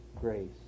grace